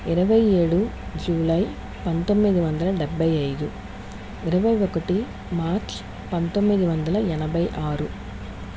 ఇరవై ఏడు జూలై పంతొమ్మిది వందల డెబ్బై ఐదు ఇరవై ఒకటి మార్చ్ పంతొమ్మిది వందల ఎనభై ఆరు